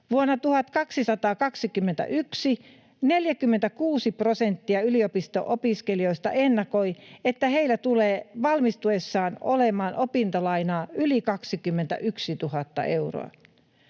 ennakoi 46 prosenttia yliopisto-opiskelijoista, että heillä tulee valmistuessaan olemaan opintolainaa yli 21 000 euroa.